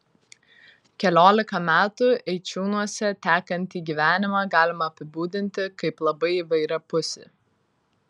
keliolika metų eičiūnuose tekantį gyvenimą galima apibūdinti kaip labai įvairiapusį